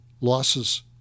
losses